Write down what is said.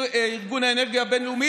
יש לנו שבעה ועוד 12,